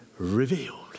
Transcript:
revealed